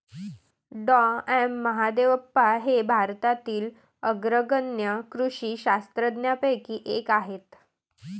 डॉ M Mahadevappa हे भारतातील अग्रगण्य कृषी शास्त्रज्ञांपैकी एक आहेत